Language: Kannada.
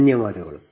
ಧನ್ಯವಾದಗಳು